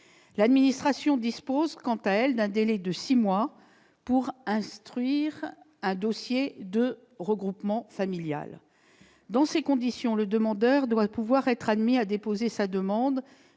L'administration dispose quant à elle d'un délai de six mois pour instruire un dossier de regroupement familial. Dans ces conditions, le demandeur doit pouvoir être admis à déposer sa demande